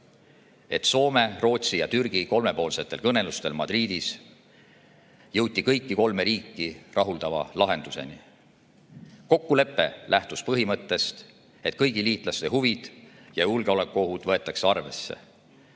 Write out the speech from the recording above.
et Soome, Rootsi ja Türgi kolmepoolsetel kõnelustel Madridis jõuti kõiki kolme riiki rahuldava lahenduseni. Kokkulepe lähtus põhimõttest, et kõigi liitlaste huvid ja julgeolekuohud võetakse arvesse.